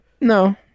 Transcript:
no